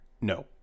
No